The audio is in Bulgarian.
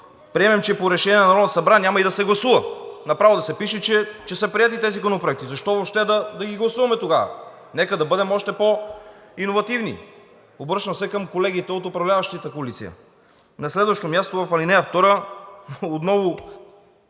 приемем, че по решение на Народното събрание няма и да се гласува. Направо да се пише, че са приети тези законопроекти. Защо въобще да ги гласуваме, тогава?! Нека да бъдем още по иновативни. Обръщам се към колегите от управляващата коалиция. На следващо място в ал. 2 отново